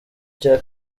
cya